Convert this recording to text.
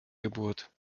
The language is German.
geburt